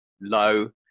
low